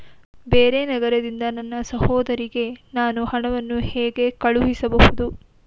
ಬೇರೆ ನಗರದಿಂದ ನನ್ನ ಸಹೋದರಿಗೆ ನಾನು ಹಣವನ್ನು ಹೇಗೆ ಕಳುಹಿಸಬಹುದು?